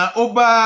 oba